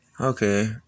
okay